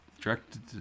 directed